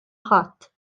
ħadd